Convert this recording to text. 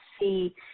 see